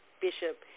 Bishop